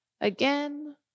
Again